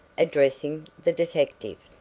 addressing the detective,